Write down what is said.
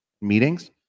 meetings